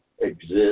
exist